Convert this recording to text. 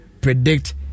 predict